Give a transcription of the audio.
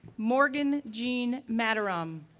morgan jean madderom,